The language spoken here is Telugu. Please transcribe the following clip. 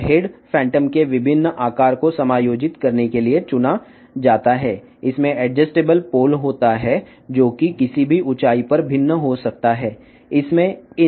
హెడ్ ఫాంటమ్ యొక్క వివిధ పరిమాణాలకు అనుగుణంగా ఇది ఎంపిక చేయబడింది ఇది సర్దుబాటు చేయగల ధ్రువమును కలిగి ఉంటుంది ఇది ఏ ఎత్తులోనైనా వైవిధ్యంగా ఉంటుంది